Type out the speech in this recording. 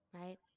Right